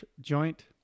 joint